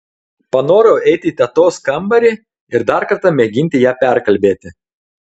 panorau eiti į tetos kambarį ir dar kartą mėginti ją perkalbėti